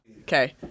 Okay